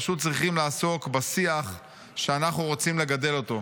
פשוט צריכים לעסוק בשיח שאנחנו רוצים לגדל אותו.